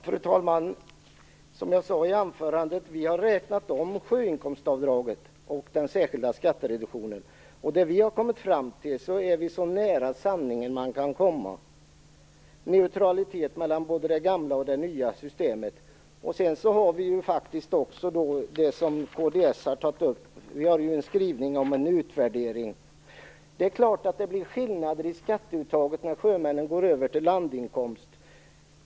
Fru talman! Som jag sade i anförandet har vi räknat om sjömansavdraget och den särskilda skattereduktionen. Det som vi har kommit fram till ligger så nära sanningen som man kan komma, nämligen en neutralitet mellan det gamla och det nya systemet. Vi har faktiskt också, som kristdemokraterna har tagit upp, gjort en skrivning om en utvärdering. Det är klart att det blir skillnader i skatteuttaget när sjömännen går över till landinkomst.